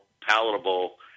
palatable